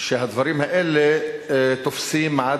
שהדברים האלה תופסים,